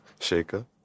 shaker